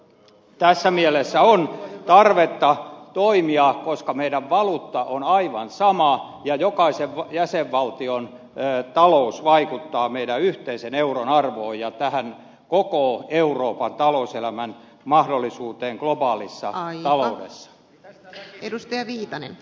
tässä mielessä on tarvetta toimia koska meidän valuutta on aivan sama ja jokaisen jäsenvaltion talous vaikuttaa meidän yhteisen euron arvoon ja koko euroopan talouselämän mahdollisuuteen globaalissa taloudessa